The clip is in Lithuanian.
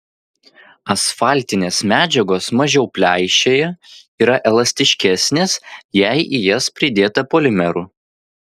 asfaltinės medžiagos mažiau pleišėja yra elastiškesnės jei į jas pridėta polimerų